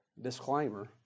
disclaimer